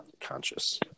Conscious